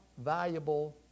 valuable